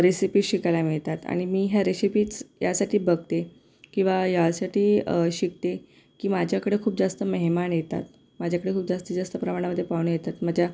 recipe शिकायला मिळतात आणि मी ह्या रेशिपीच यासाठी बघते किवा यासाठी शिकते की माझ्याकडं खूप जास्त मेहमान येतात माझ्याकडे खूप जास्तीत जास्त प्रमाणामध्ये पाहुणे येतात माझ्या